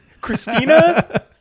Christina